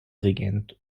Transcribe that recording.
regent